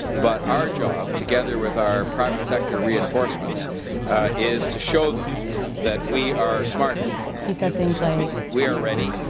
but our job together with our private sector reinforcements is to show them that we are smarter he said things like, we are ready.